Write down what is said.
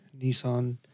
Nissan